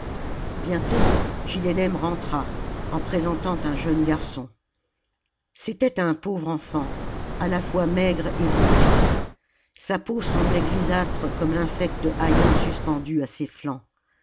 bientôt giddenem rentra en présentant un jeune garçon c'était un pauvre enfant à la fois maigre et bouffi sa peau semblait grisâtre comme l'infect haillon suspendu à ses flancs